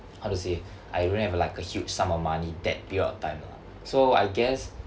how to say I don't have like a huge sum of money that period of time lah so I guess